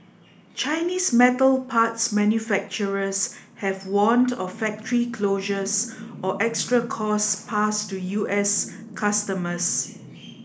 Chinese metal parts manufacturers have warned of factory closures or extra costs passed to U S customers